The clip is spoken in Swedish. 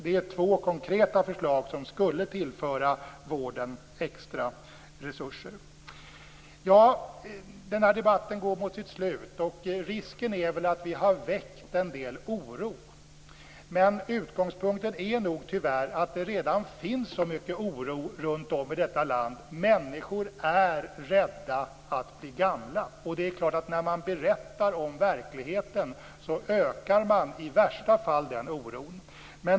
Det är två konkreta förslag som skulle tillföra vården extra resurser. Debatten går mot sitt slut. Risken är att vi har väckt en del oro, men utgångspunkten är nog tyvärr att det redan finns så mycket oro runt om i detta land. Människor är rädda för att bli gamla. När man berättar om verkligheten ökar man i värsta fall den oron.